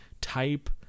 type